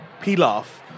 pilaf